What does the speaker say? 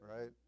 Right